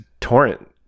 torrent